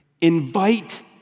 invite